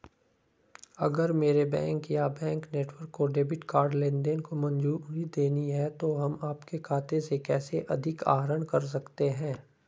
अगर मेरे बैंक या बैंक नेटवर्क को डेबिट कार्ड लेनदेन को मंजूरी देनी है तो हम आपके खाते से कैसे अधिक आहरण कर सकते हैं?